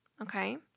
Okay